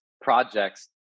projects